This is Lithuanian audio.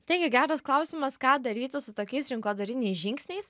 taigi geras klausimas ką daryti su tokiais rinkodariniais žingsniais